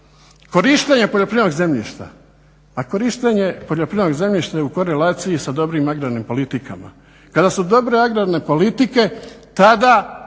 Korištenje poljoprivrednog zemljišta je u korelaciji sa dobrim agrarnim politikama. Kada su dobre agrarne politike tada